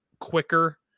quicker